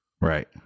Right